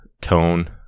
tone